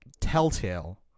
Telltale